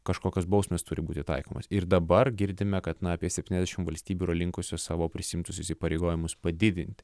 kažkokios bausmės turi būti taikomos ir dabar girdime kad na apie septyniasdešim valstybių yra linkusios savo prisiimtus įsipareigojimus padidinti